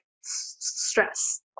stress